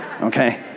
Okay